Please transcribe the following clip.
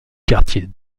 quartier